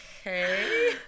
okay